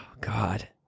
God